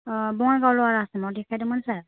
अ बङाइगाव लवार आसामाव देखायदोंमोन सार